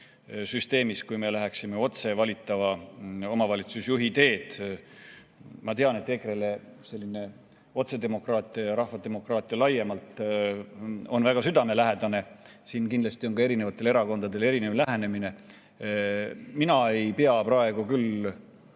süsteemis, kui me läheksime otse valitava omavalitsusjuhi teed. Ma tean, et EKRE-le selline otsedemokraatia ja rahvademokraatia laiemalt on väga südamelähedane. Siin on kindlasti erinevatel erakondadel erinev lähenemine. Mina ei pea praegu küll